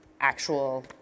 Actual